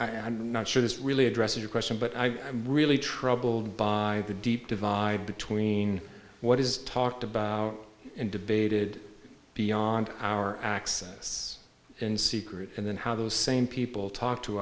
i'm not sure that's really address your question but i really troubled by the deep divide between what is talked about and debated beyond our access in secret and then how those same people talk to